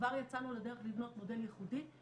כבר יצאנו לדרך לבנות מודל ייחודי.